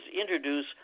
introduce